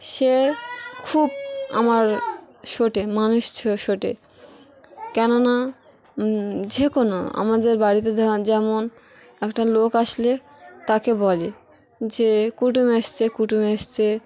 সে খুব আমার মানুষ কেননা যে কোনো আমাদের বাড়িতে যেমন একটা লোক আসলে তাকে বলে যে কুটুমে এসছে কুটুমে এসছে